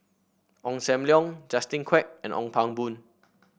Ong Sam Leong Justin Quek and Ong Pang Boon